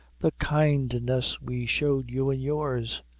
the kindness we showed you in yours.